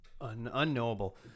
unknowable